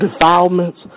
defilements